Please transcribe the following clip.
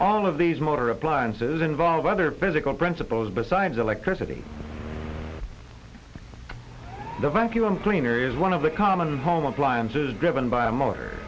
all of these motor appliances involve other physical principles besides electricity the vacuum cleaner is one of the common home appliances driven by a motor